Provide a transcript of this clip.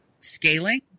scaling